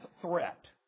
threat